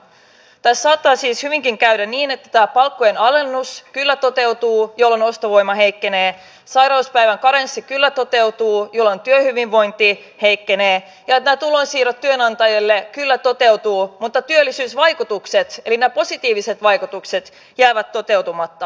tässä saattaa siis hyvinkin käydä niin että tämä palkkojen alennus kyllä toteutuu jolloin ostovoima heikkenee sairauspäivän karenssi kyllä toteutuu jolloin työhyvinvointi heikkenee ja tulonsiirrot työnantajille kyllä toteutuvat mutta työllisyysvaikutukset eli nämä positiiviset vaikutukset jäävät toteutumatta